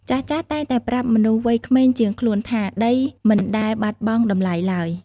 ចាស់ៗតែងតែប្រាប់មនុស្សវ័យក្មេងជាងខ្លួនថា ដីមិនដែលបាត់បង់តម្លៃឡើយ។